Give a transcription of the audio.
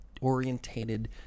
orientated